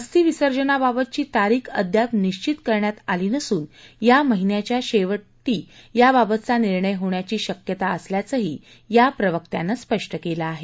अस्थिविसर्जनाबाबतची तारीख अद्याप निश्वित करण्यात आली नसून या महिन्याच्या शेवटी याबाबतचा निर्णय होण्याची शक्यता असल्याचंही या प्रवक्त्यानं स्पष्ट केलं आहे